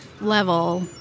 level